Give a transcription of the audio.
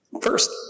first